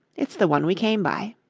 it's the one we came by.